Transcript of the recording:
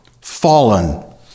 Fallen